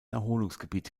erholungsgebiet